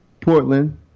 Portland